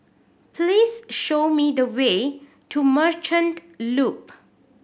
please show me the way to Merchant Loop